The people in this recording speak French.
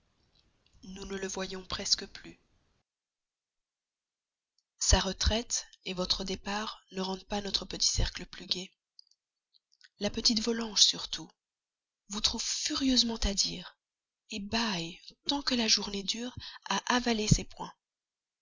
nous ne le voyons presque plus sa retraite votre départ ne rendent pas notre petit cercle plus gai la petite volanges surtout vous trouve furieusement à dire bâille tant que la journée dure à avaler ses poings